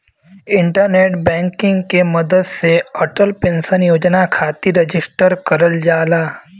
internet banking के मदद से अटल पेंशन योजना खातिर रजिस्टर करल जाला